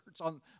on